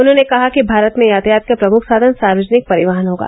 उन्होंने कहा कि भारत में यातायात का प्रमुख साधन सार्वजनिक परिवहन होगा